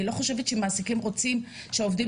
אני לא חושבת שהמעסיקים רוצים שהעובדים